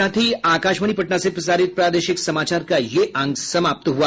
इसके साथ ही आकाशवाणी पटना से प्रसारित प्रादेशिक समाचार का ये अंक समाप्त हुआ